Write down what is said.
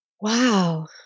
Wow